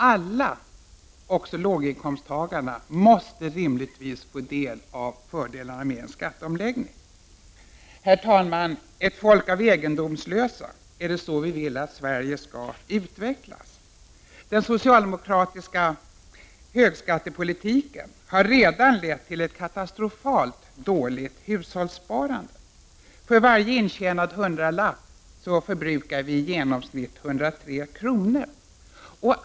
Alla, också låginkomsttagarna, måste rimligtvis få del av fördelarna med en skatteomläggning. Herr talman! Ett folk av egendomslösa — är det det vi vill att Sverige skall utvecklas till? Den socialdemokratiska högskattepolitiken har redan lett till ett katastrofalt dåligt hushållssparande. För varje intjänad hundralapp förbrukar vi i genomsnitt 103 kr.